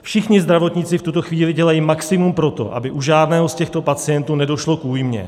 Všichni zdravotníci v tuto chvíli dělají maximum pro to, aby u žádného z těchto pacientů nedošlo k újmě.